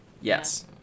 Yes